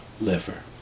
Liver